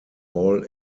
all